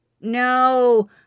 No